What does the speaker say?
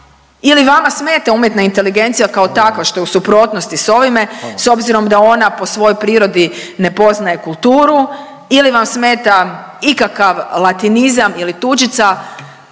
ili vama smeta umjetna inteligencija kao takva što je u suprotnosti s ovime s obzirom da ona po svojoj prirodi ne poznaje kulturu ili vam smeta ikakav latinizam ili tuđica